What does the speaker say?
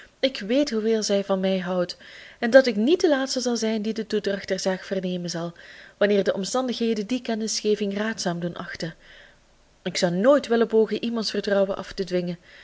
ik weet hoeveel zij van mij houdt en dat ik niet de laatste zal zijn die de toedracht der zaak vernemen zal wanneer de omstandigheden die kennisgeving raadzaam doen achten ik zou nooit willen pogen iemands vertrouwen af te dwingen